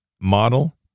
model